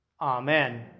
Amen